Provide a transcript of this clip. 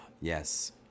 Yes